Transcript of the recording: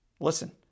Listen